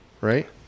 right